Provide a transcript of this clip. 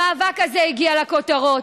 המאבק הזה הגיע לכותרות,